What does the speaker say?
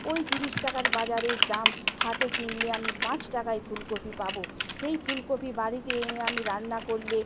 ওই ত্রিশ টাকার বাজারের দাম হাটে কিনলে আমি পাঁচ টাকায় ফুলকপি পাব সেই ফুলকপি বাড়িতে এনে আমি রান্না করলে